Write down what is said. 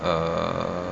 err